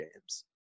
games